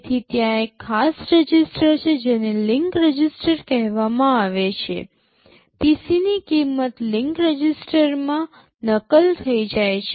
તેથી ત્યાં એક ખાસ રજિસ્ટર છે જેને લિંક રજિસ્ટર કહેવામાં આવે છે PC ની કિંમત લિંક રજીસ્ટરમાં નકલ થઈ જાય છે